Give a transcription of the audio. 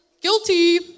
guilty